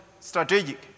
strategic